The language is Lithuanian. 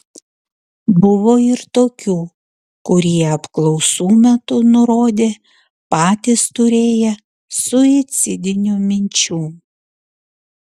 buvo ir tokių kurie apklausų metu nurodė patys turėję suicidinių minčių